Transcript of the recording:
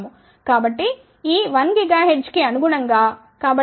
కాబట్టి ఈ 1 GHz కి అనుగుణంగా కాబట్టి ఇక్క డే 0